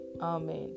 Amen